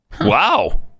Wow